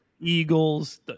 Eagles